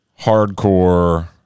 hardcore